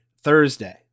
Thursday